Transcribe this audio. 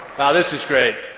this is great.